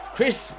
Chris